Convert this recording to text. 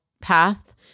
path